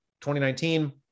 2019